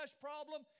problem